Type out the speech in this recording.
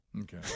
Okay